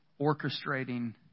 orchestrating